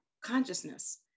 consciousness